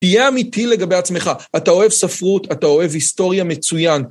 תהיה אמיתי לגבי עצמך, אתה אוהב ספרות, אתה אוהב היסטוריה מצוין.